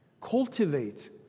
cultivate